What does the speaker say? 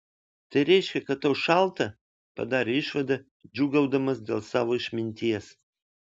tai reiškia kad tau šalta padarė išvadą džiūgaudamas dėl savo išminties